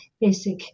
basic